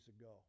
ago